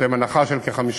יש להם הנחה של כ-50%,